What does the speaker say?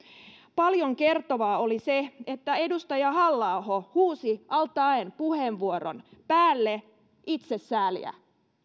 paljon kertovaa oli se että edustaja halla aho huusi al taeen puheenvuoron päälle itsesääliä